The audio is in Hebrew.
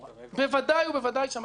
ודאי שהמטרה היא להסדיר.